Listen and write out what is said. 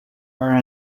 are